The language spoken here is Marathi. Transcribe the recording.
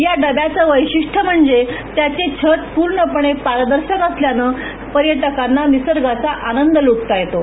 या डब्याच वैशिष्टये म्हणजे त्याचे छत पूर्णपणे पारदर्शक चोहोबाजूनी पर्यटकांना निसर्गाचा आनंद लुटता येतो